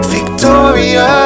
Victoria